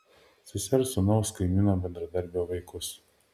sesers sūnaus kaimyno bendradarbio vaikus